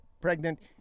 pregnant